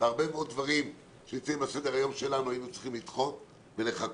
הרבה מאוד דברים שנמצאים על סדר-היום שלנו היינו צריכים לדחות ולחכות.